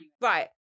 right